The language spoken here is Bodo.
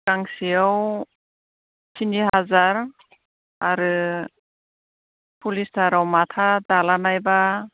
गांसेयाव थिनि हाजार आरो पलिस्टाराव माथा दालानाय बा